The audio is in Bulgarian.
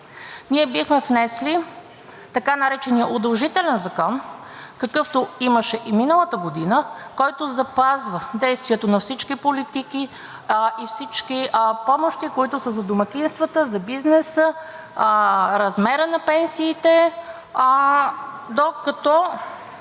Ние бихме внесли така наречения удължителен закон, какъвто имаше и миналата година, който запазва действието на всички политики и всички помощи, които са за домакинствата, за бизнеса, размера на пенсиите, докато